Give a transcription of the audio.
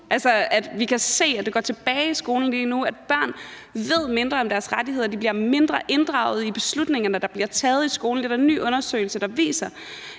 sig om. Vi kan se, at det går tilbage i skolen lige nu, at børn ved mindre om deres rettigheder, og at de bliver mindre inddraget i beslutningerne, der bliver taget i skolerne. Det er der en ny undersøgelse der viser.